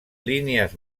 línies